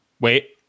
Wait